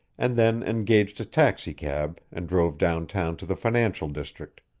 and then engaged a taxicab and drove downtown to the financial district.